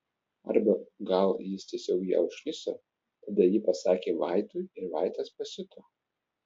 arba gal jis tiesiog ją užkniso tada ji pasakė vaitui ir vaitas pasiuto